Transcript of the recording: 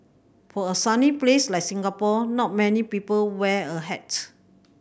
for a sunny place like Singapore not many people wear a hat